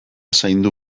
zaindu